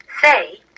Say